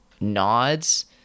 nods